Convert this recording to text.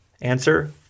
Answer